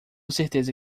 certeza